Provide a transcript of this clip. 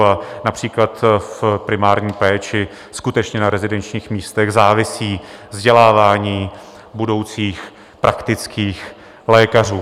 A například v primární péči skutečně na rezidenčních místech závisí vzdělávání budoucích praktických lékařů.